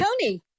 Tony